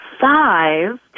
five